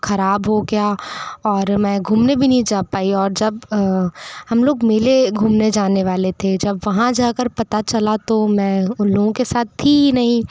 ख़राब हो गया और मैं घूमने भी नहीं जा पाई और जब हम लोग मेले घूमने जाने वाले थे जब वहाँ जाकर पता चला तो मैं उन लोगों के साथ थी ही नहीं